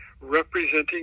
representing